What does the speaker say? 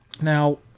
Now